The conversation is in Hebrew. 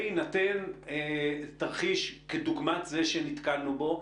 בהינתן תרחיש כדוגמת זה שנתקלנו בו.